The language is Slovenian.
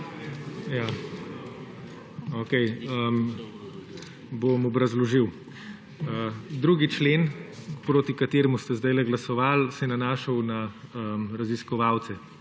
Okej, bom obrazložil. 2. člen, proti kateremu ste zdajle glasovali, se je nanašal na raziskovalce.